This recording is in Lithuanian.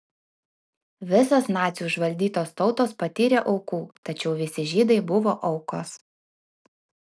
visos nacių užvaldytos tautos patyrė aukų tačiau visi žydai buvo aukos